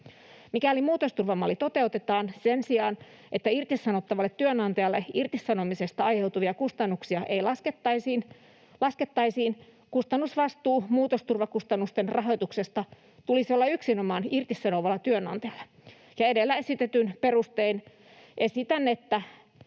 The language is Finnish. Mikäli muutosturvamalli toteutetaan, sen sijaan, että irtisanovalle työnantajalle irtisanomisesta aiheutuvia kustannuksia laskettaisiin, kustannusvastuun muutosturvakustannusten rahoituksesta tulisi olla yksinomaan irtisanovalla työnantajalla. Edellä esitetyin perustein esitän, että